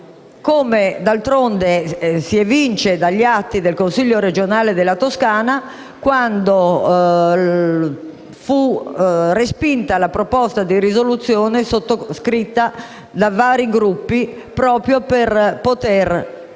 come d'altronde si evince dagli atti del Consiglio regionale della Toscana, quando fu respinta la proposta di risoluzione, sottoscritta da vari Gruppi, con cui si